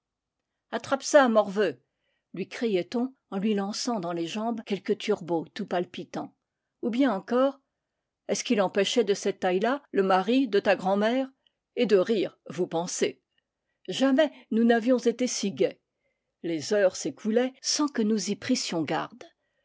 attrape ça morveux lui criait-on en lui lançant dans les jambes quelque turbot tout palpitant ou bien encore est-ce qu'il en péchait de cette taille là le mari de ta grand'mère et de rire vous pensez jamais nous n'avions été si gais les heures s'écoulaient sans que nous y prissions garde